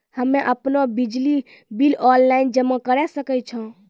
हम्मे आपनौ बिजली बिल ऑनलाइन जमा करै सकै छौ?